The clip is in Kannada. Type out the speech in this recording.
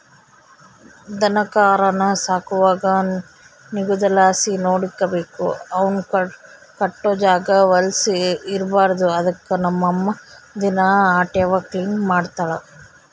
ದನಕರಾನ ಸಾಕುವಾಗ ನಿಗುದಲಾಸಿ ನೋಡಿಕಬೇಕು, ಅವುನ್ ಕಟ್ಟೋ ಜಾಗ ವಲುಸ್ ಇರ್ಬಾರ್ದು ಅದುಕ್ಕ ನಮ್ ಅಮ್ಮ ದಿನಾ ಅಟೇವ್ನ ಕ್ಲೀನ್ ಮಾಡ್ತಳ